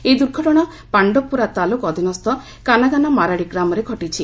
ଏହି ଦୁର୍ଘଟଣା ପାଣ୍ଡବପୁରା ତାଲୁକ ଅଧୀନସ୍ଥ କାନାଗାନାମାରାଡ଼ି ଗ୍ରାମରେ ଘଟିଛି